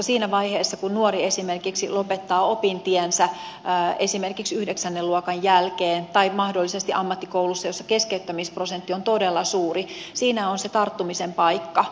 siinä vaiheessa kun nuori esimerkiksi lopettaa opintiensä esimerkiksi yhdeksännen luokan jälkeen tai mahdollisesti ammattikoulussa jossa keskeyttämisprosentti on todella suuri siinä on se tarttumisen paikka